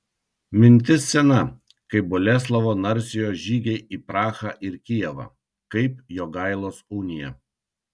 mintis sena kaip boleslovo narsiojo žygiai į prahą ir kijevą kaip jogailos unija